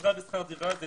עזרה בשכר דירה זה